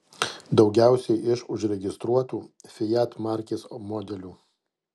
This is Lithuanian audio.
daugiausiai iš užregistruotų fiat markės modelių